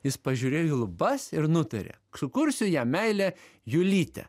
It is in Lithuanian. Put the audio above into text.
jis pažiūrėjo į lubas ir nutarė sukursiu jam meilę julytę